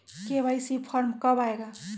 KYC form कब आए गा?